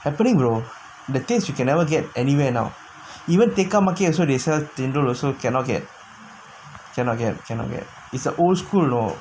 happening the taste you can never get anywhere now even tekka market also they sell Tinder also cannot get cannot get cannot get is a old school lor